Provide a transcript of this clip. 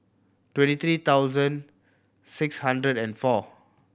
twenty three thousand six hundred and four